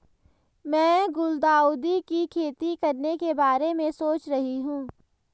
मैं गुलदाउदी की खेती करने के बारे में सोच रही हूं